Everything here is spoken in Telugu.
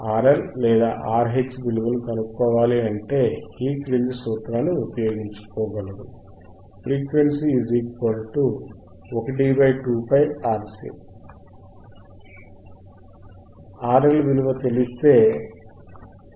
RL లేదా RH విలువలు కనుక్కోవాలి అంటే ఈ క్రింది సూత్రాన్ని ఉపయోగించుకోగలరు ఫ్రీక్వెన్సీ 12πRC RL విలువ తెలిస్తే fL1 2πRLC